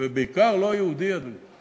ובעיקר לא יהודי, אדוני,